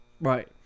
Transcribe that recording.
Right